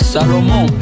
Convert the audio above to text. Salomon